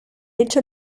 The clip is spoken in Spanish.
hecho